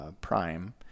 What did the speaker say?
Prime